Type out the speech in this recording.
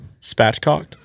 Spatchcocked